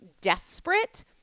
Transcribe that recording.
desperate